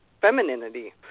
femininity